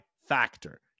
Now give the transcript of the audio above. Factor